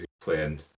playing